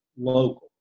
local